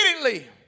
immediately